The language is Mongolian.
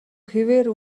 хэвээр